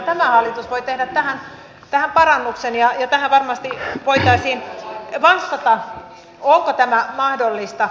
tämä hallitus voi tehdä tähän parannuksen ja tähän varmasti voitaisiin vastata onko tämä mahdollista